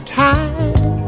time